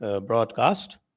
broadcast